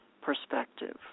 perspective